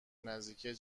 نزدیکی